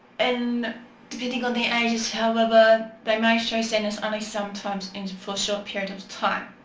and depending on the ages however, they may show sadness only sometimes in for short period of time.